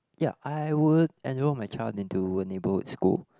ya I would enroll my child into a neighborhood school